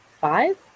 five